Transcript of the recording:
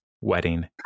wedding